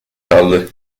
kaldı